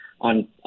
on